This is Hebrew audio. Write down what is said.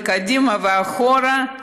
קדימה ואחורה,